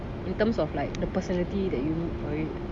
in terms of like the personality that you need for it